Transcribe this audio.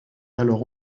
alors